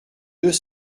deux